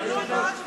אני מבקש.